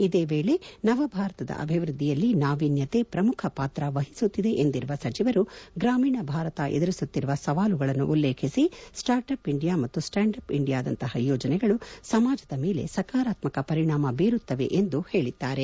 ಇದೇ ವೇಳೆ ನವ ಭಾರತದ ಅಭಿವ್ವದ್ದಿಯಲ್ಲಿ ನಾವೀನ್ಯತೆ ಪ್ರಮುಖ ಪಾತ್ರವಹಿಸುತ್ತಿದೆ ಎಂದಿರುವ ಸಚಿವರು ಗ್ರಾಮೀಣ ಭಾರತ ಎದುರಿಸುತ್ತಿರುವ ಸವಾಲುಗಳನ್ನು ಉಲ್ಲೇಖಿಸಿಸ್ಟಾರ್ಟ್ ಅಪ್ ಇಂಡಿಯಾ ಮತ್ತು ಸ್ಟಾಂಡ್ ಅಪ್ ಇಂಡಿಯಾದಂತಹ ಯೋಜನೆಗಳು ಸಮಾಜದ ಮೇಲೆ ಸಕಾರಾತ್ಮಕ ಪರಿಣಾಮ ಬೀರುತ್ತವೆ ಎಂದು ಹೇಳಿದ್ದಾರೆ